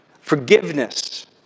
forgiveness